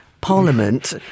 parliament